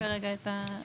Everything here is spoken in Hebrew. אין לי כרגע את הנתונים.